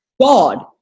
God